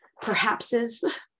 perhapses